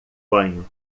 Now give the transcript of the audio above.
banho